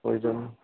ওই জন্য